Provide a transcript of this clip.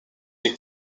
les